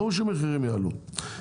ברור שמחירים יעלו.